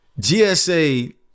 GSA